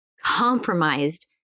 compromised